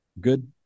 good